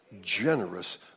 generous